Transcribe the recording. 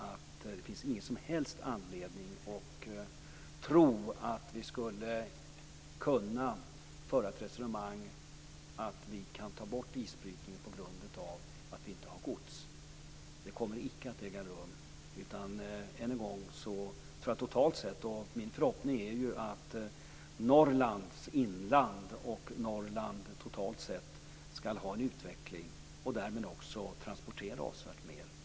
Det finns inte någon som helst anledning att tro att vi skulle kunna ta bort isbrytningen på grund av att vi inte har gods. Det kommer inte att ske. Min förhoppning är att Norrlands inland och Norrland totalt sett skall utvecklas, och därmed också transportera avsevärt mer.